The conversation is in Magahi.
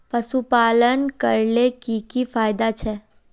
पशुपालन करले की की फायदा छे?